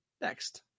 next